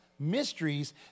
Mysteries